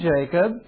Jacob